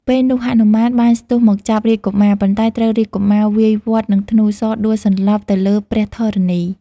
ពេលនោះហនុមានបានស្ទុះមកចាប់រាជកុមារ ប៉ុន្តែត្រូវរាជកុមារវាយវាត់នឹងធ្នូសរដួលសន្លប់ទៅលើព្រះធរណី។